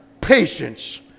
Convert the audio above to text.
patience